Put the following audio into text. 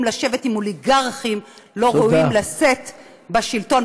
לשבת עם אוליגרכים לא ראויים לשאת בשלטון,